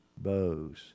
bows